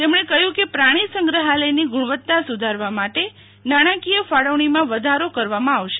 તેમણે કહ્યુંકે પ્રાણી સંગ્રહાલયની ગુણવત્તા સુધારવા માટે નાણાકીય ફાળવણીમાં વધારો કરવામાંઆવશે